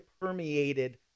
permeated